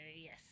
yes